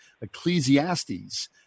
Ecclesiastes